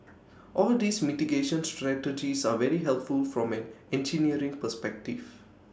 all these mitigation strategies are very helpful from an engineering perspective